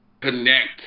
connect